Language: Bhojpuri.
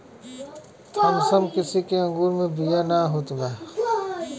थामसन किसिम के अंगूर मे बिया ना होत बा